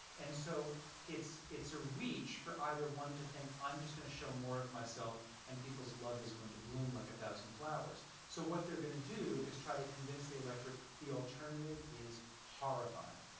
and so it's it's a reach for either one to think, i'm just going to show more of myself and people's love is going to bloom like a thousand flowers. so what they're going to do is try to convince the electorate the alternative is horrifying.